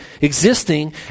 existing